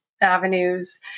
avenues